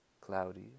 cloudy